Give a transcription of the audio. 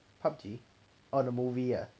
P_U_B_G oh the movie ah